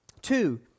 Two